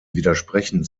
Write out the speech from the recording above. widersprechen